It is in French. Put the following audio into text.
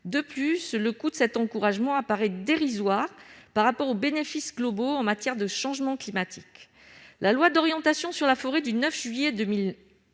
tel dispositif d'encouragement sera dérisoire par rapport aux bénéfices globaux en matière de changement climatique. La loi d'orientation sur la forêt du 9 juillet 2001